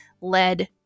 lead